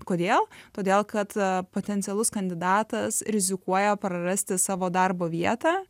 kodėl todėl kad potencialus kandidatas rizikuoja prarasti savo darbo vietą